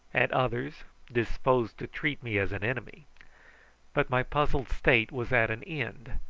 at others disposed to treat me as an enemy but my puzzled state was at an end,